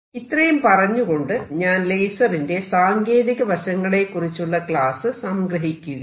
ഇത്രയും പറഞ്ഞുകൊണ്ട് ഞാൻ ലേസറിന്റെ സാങ്കേതിക വശങ്ങളെക്കുറിച്ചുള്ള ക്ലാസ് സംഗ്രഹിക്കുകയാണ്